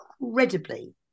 incredibly